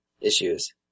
issues